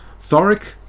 Thoric